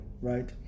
Right